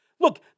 Look